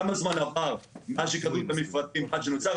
כמה זמן מאז שקבעו את המפרטים עד שנוצר,